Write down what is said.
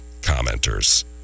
commenter's